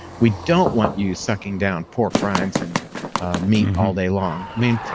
we don't want you sucking down pork rinds and meat all day long. i mean,